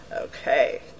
Okay